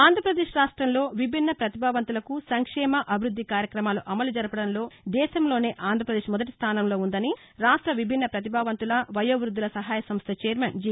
ఆంధ్రాపదేశ్ రాష్ట్రంలో విభిన్న పతిభావంతులకు సంక్షేమ అభివృద్ది కార్యక్రమాలు అమలు జరపడంలో దేశంలోనే ఆంధ్రప్రదేశ్ మొదటి స్టానంలో ఉందని రాష్ట్ర విభిన్న ప్రతిభావంతుల వయోవృద్దుల సహాయ సంస్థ ఛైర్శన్ జి